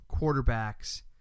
quarterbacks